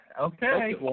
Okay